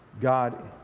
God